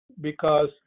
because-